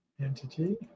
entity